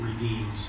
redeems